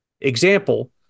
example